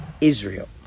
israel